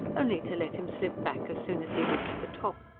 only to let him slip back as soon as he reached the top.